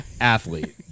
athlete